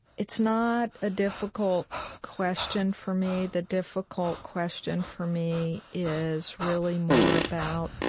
it's not a difficult question for me. the difficult question for me is really more about